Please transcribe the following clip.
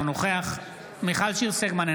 אינו נוכח מיכל שיר סגמן,